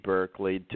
Berkeley